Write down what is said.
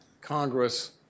Congress